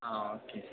ஆ okay